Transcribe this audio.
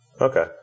Okay